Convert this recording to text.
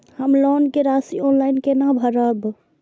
हम लोन के राशि ऑनलाइन केना भरब?